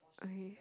okay